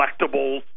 collectibles